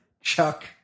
Chuck